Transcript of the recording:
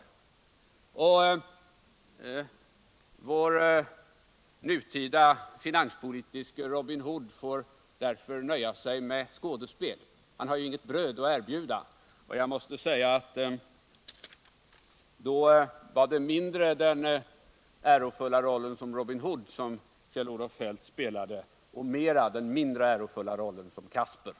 Och vår nutida finanspolitiske Robin Hood får därför nöja sig med skådespel, han har ju inget bröd att erbjuda. Jag måste säga att det mindre var den ärofulla rollen som Robin Hood som Kjell-Olof Feldt spelade och mera den inte lika ärofulla rollen som Kasper.